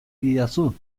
didazu